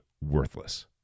worthless